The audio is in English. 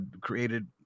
created